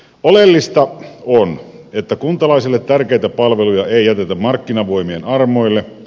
oleellista on että kuntalaisille tärkeitä palveluja ei jätetä markkinavoimien armoille